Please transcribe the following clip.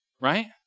right